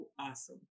awesome